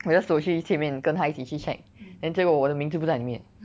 我就走去前面跟她一起跟她一起去 check then 结果我的名字不在里面